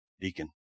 deacon